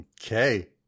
Okay